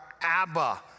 Abba